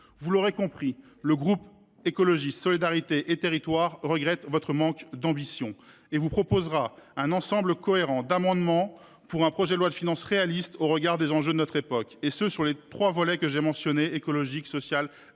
Vous l’aurez compris, le groupe Écologiste – Solidarité et Territoires regrette votre manque d’ambition et vous proposera un ensemble cohérent d’amendements pour un projet de loi de finances réaliste au regard des enjeux de notre époque. Il le fera sur les trois volets que j’ai mentionnés, écologique, social et